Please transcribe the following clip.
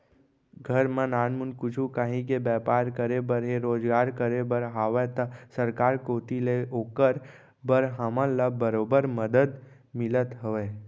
घर म नानमुन कुछु काहीं के बैपार करे बर हे रोजगार करे बर हावय त सरकार कोती ले ओकर बर हमन ल बरोबर मदद मिलत हवय